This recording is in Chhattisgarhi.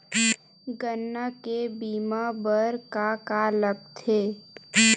गन्ना के बीमा बर का का लगथे?